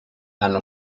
hanno